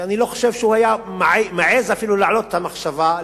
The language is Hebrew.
ואני לא חושב שהוא היה מעז אפילו להעלות את המחשבה,